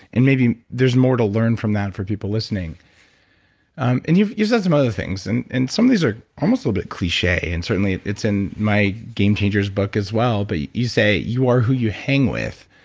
and maybe there's more to learn from that for people listening and you you said some other things. and and some of these are almost a little bit cliche, and certainly it's in my game changers book as well. but you you say, you are who you hang with.